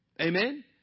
Amen